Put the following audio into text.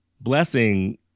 blessing